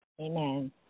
Amen